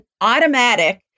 automatic